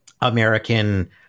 American